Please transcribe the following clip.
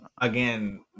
again